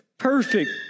Perfect